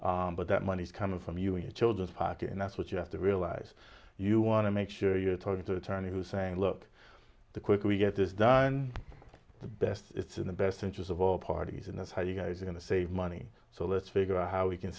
pocket but that money is coming from you and your children's party and that's what you have to realize you want to make sure you're talking to the attorney who's saying look the quicker we get this done the best it's in the best interest of all parties and that's how you guys are going to save money so let's figure out how we can